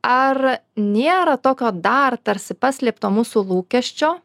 ar nėra tokio dar tarsi paslėpto mūsų lūkesčio